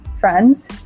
friends